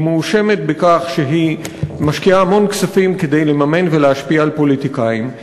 היא מואשמת בכך שהיא משקיעה המון כספים כדי לממן ולהשפיע על פוליטיקאים,